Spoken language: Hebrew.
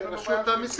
השר אמר